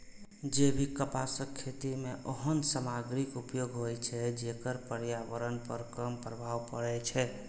जैविक कपासक खेती मे ओहन सामग्रीक उपयोग होइ छै, जेकर पर्यावरण पर कम प्रभाव पड़ै छै